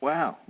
Wow